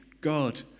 God